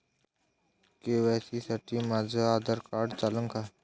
KYC साठी माह्य Aadhaar card चालन का?